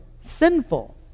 sinful